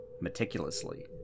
meticulously